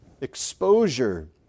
exposure